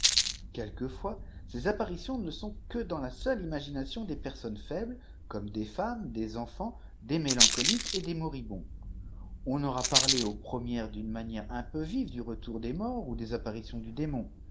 quelquefois ces apparitions ne sont que dans laseiile imagination des personnes faibles comme des femmes des enfants des mélancouques et des moribonds on aura parlé aux premières d'une manière un peu vive du retour des morts ou des apparitions du dém